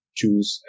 choose